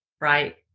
Right